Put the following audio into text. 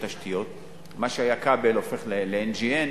מה שהיה כבלי נחושת הופך ל-NGN,